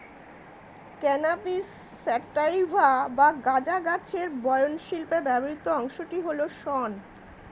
cannabis sativa বা গাঁজা গাছের বয়ন শিল্পে ব্যবহৃত অংশটি হল শন